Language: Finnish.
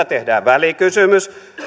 tehdään välikysymys